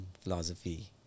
philosophy